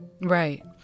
Right